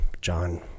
John